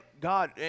God